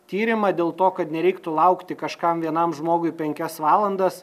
tyrimą dėl to kad nereiktų laukti kažkam vienam žmogui penkias valandas